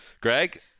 Greg